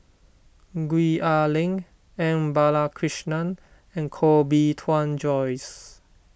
Gwee Ah Leng M Balakrishnan and Koh Bee Tuan Joyce